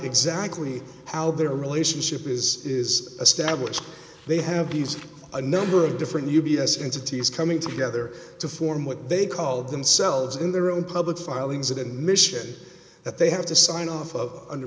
exactly how their relationship is is established they have these a number of different u b s entities coming together to form what they call themselves in their own public filings that admission that they have to sign off of under